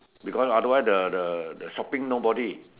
because otherwise the the the shopping nobody